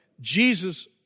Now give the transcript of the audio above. Jesus